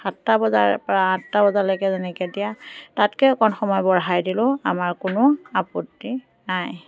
সাতটা বজাৰ পৰা আঠটা বজালৈ যেনেকৈ দিয়ে তাতকৈ অকণ সময় বঢ়াই দিলেও আমাৰ কোনো আপত্তি নাই